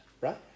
Right